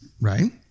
right